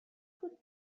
بود